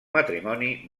matrimoni